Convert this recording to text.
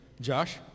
Josh